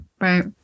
right